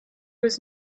was